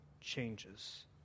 changes